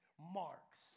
marks